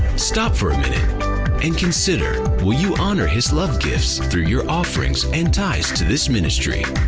stop for a minute and consider will you honor his love gifts through your offerings and tithes to this ministry?